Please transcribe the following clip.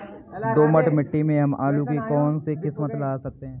दोमट मिट्टी में हम आलू की कौन सी किस्म लगा सकते हैं?